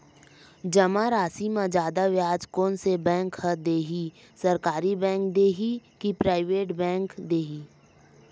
जमा राशि म जादा ब्याज कोन से बैंक ह दे ही, सरकारी बैंक दे हि कि प्राइवेट बैंक देहि?